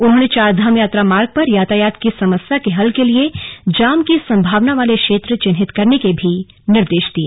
उन्होंने कहा कि चारधाम यात्रा मार्ग पर यातायात की समस्या के हल के लिए जाम की संभावना वाले क्षेत्र चिन्हित करने के निर्देश दिए